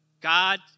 God